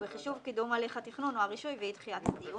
ובחישוב קידום הליך התכנון או הרישוי ואי דחיית הדיון.